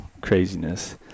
craziness